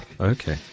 Okay